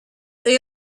they